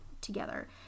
together